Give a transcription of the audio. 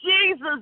Jesus